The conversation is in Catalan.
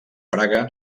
praga